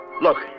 look